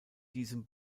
diesem